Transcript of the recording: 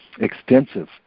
extensive